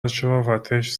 شرافتش